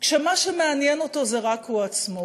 כשמה שמעניין אותו זה רק הוא עצמו,